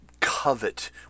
covet